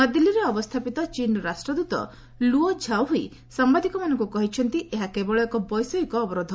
ନୂଆଦିଲ୍ଲୀରେ ଅବସ୍ଥାପିତ ଚୀନ୍ର ରାଷ୍ଟ୍ରଦୃତ ଲୁଓ ଝାଓହୁଇ ସାମ୍ଭାଦିକମାନଙ୍କୁ କହିଛନ୍ତି ଏହା କେବଳ ଏକ ବୈଷୟିକ ଅବରୋଧ